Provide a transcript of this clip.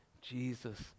Jesus